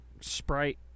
sprite